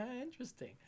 Interesting